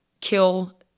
kill